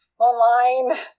Online